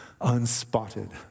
unspotted